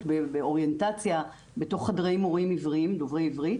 באוריינטציה בתוך חדרי מורים דוברי עברית,